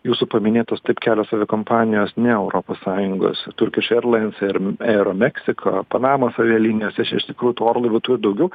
jūsų paminėtos taip kelios aviakompanijos ne europos sąjungos turkišk eirlains ir aero meksika panamos avialinijose čia iš tikrųjų tų orlaivių turi daugiau